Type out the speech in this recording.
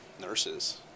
nurses